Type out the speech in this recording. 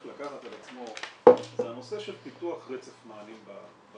לקחת על עצמו זה הנושא של פיתוח רצף --- ביישובים,